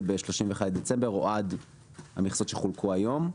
ב-31 בדצמבר או עד המכסות שחולקו היום.